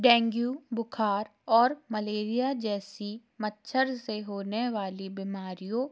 dengue बुख़ार और malaria जैसी मच्छर से होने वाली बीमारियों